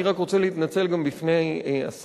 אני רק רוצה להתנצל גם בפני השר,